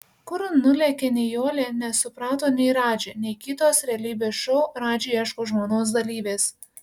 kur nulėkė nijolė nesuprato nei radži nei kitos realybės šou radži ieško žmonos dalyvės